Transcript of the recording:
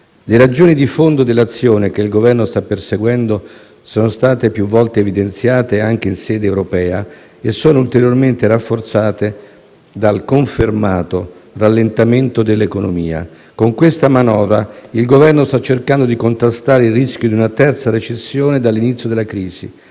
Le ragioni di fondo dell'azione che il Governo sta perseguendo sono state più volte evidenziate anche in sede europea e sono ulteriormente rafforzate dal confermato rallentamento dell'economia. Con questa manovra, il Governo sta cercando di contrastare il rischio di una terza recessione dall'inizio della crisi,